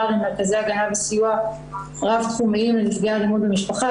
למרכזי הגנה וסיוע רב תחומיים לנפגעי אלימות במשפחה,